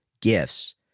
gifts